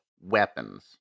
weapons